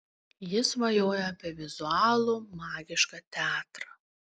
ji svajojo apie vizualų magišką teatrą